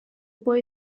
boy